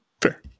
Fair